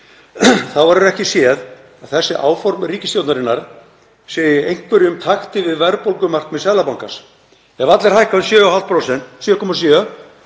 Þá verður ekki séð að þessi áform ríkisstjórnarinnar séu í einhverjum takti við verðbólgumarkmið Seðlabankans. Ef allir hækka um 7,7%